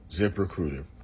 ZipRecruiter